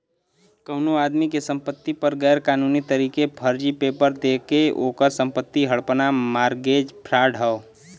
कउनो आदमी के संपति पर गैर कानूनी तरीके फर्जी पेपर देके ओकर संपत्ति हड़पना मारगेज फ्राड हौ